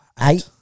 Eight